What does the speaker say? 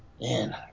Man